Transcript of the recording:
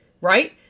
Right